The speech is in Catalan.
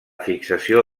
fixació